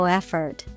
effort